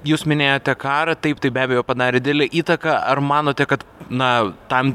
jūs minėjote karą taip tai be abejo padarė didelę įtaką ar manote kad na tam